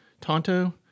Tonto